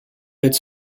its